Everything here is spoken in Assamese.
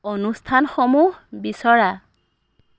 অনুস্থানসমূহ বিচৰা